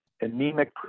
anemic